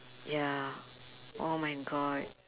ya oh my god